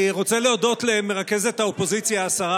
אני רוצה להודות למרכזת האופוזיציה השרה